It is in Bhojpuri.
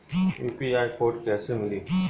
यू.पी.आई कोड कैसे मिली?